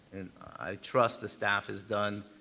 and i trust the staff has done